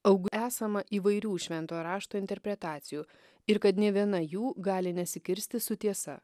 augu esama įvairių šventojo rašto interpretacijų ir kad nė viena jų gali nesikirsti su tiesa